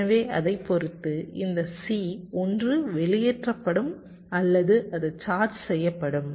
எனவே அதைப் பொறுத்து இந்த C ஒன்று வெளியேற்றப்படும் அல்லது அது சார்ஜ் செய்யப்படும்